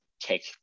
take